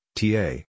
ta